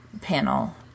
panel